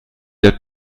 mal